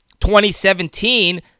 2017